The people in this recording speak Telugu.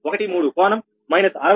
13 కోణం మైనస్ 63